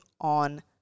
on